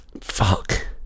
Fuck